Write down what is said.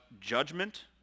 judgment